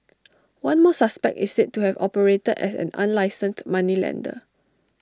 one more suspect is said to have operated as an unlicensed moneylender